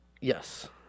Yes